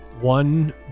one